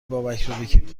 بابک